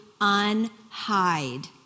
unhide